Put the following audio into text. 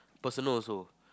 personal also